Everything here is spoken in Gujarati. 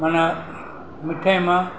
મને મીઠાઈમાં